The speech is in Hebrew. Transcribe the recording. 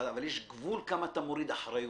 אבל יש גבול כמה אתה מוריד אחריות.